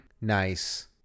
Nice